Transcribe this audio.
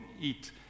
eat